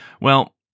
Well-